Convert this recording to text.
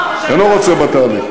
אינו רוצה בתהליך.